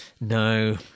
No